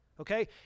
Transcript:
Okay